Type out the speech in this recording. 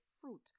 fruit